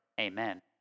Amen